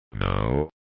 No